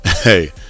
hey